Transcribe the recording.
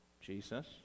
Jesus